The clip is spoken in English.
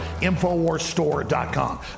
InfoWarsStore.com